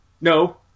no